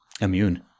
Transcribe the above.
immune